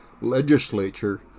legislature